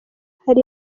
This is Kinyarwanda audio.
hari